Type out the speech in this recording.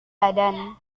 badan